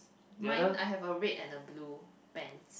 mine I have a red and a blue pants